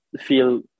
feel